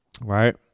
right